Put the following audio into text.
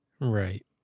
Right